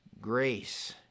Grace